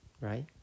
Right